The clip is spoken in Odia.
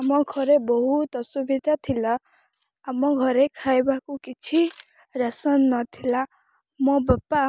ଆମ ଘରେ ବହୁତ ଅସୁବିଧା ଥିଲା ଆମ ଘରେ ଖାଇବାକୁ କିଛି ରାସନ ନଥିଲା ମୋ ବାପା